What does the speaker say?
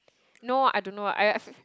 no I don't know I f~